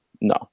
no